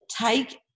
take